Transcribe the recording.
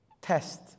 test